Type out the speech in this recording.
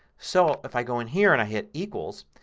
so if i go in here and i hit equals,